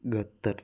Qatar